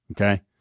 Okay